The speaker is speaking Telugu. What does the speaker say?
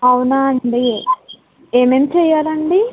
అవునా అండి ఏమేం చేయాలండి